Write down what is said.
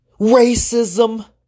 racism